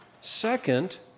Second